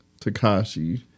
Takashi